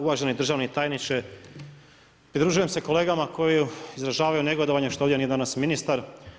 Uvaženi državni tajniče, pridružujem se kolegama, koji izražavaju negodovanje, što ovdje danas nije ministar.